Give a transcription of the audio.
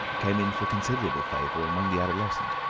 came in for considerable favour among the adolescents,